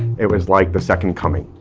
it was like the second coming.